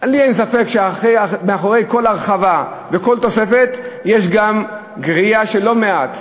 לי אין ספק שמאחורי כל הרחבה וכל תוספת יש גם גריעה של לא מעט.